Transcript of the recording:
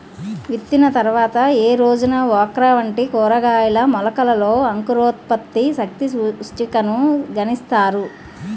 విత్తిన తర్వాత ఏ రోజున ఓక్రా వంటి కూరగాయల మొలకలలో అంకురోత్పత్తి శక్తి సూచికను గణిస్తారు?